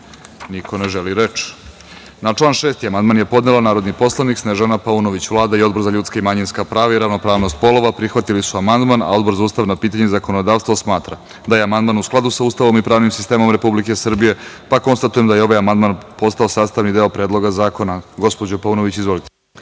ne želi reč. Na član 6. amandman je podnela narodni poslanik Snežana Paunović. Vlada i Odbor za ljudska i manjinska prava i ravnopravnost polova prihvatili su amandman, a Odbor za ustavna pitanja i zakonodavstvo smatra da je amandman u skladu sa Ustavom i pravnim sistemom Republike Srbije. Konstatujem da je ovaj amandman postao sastavni deo Predloga zakona. Gospođo Paunović, izvolite.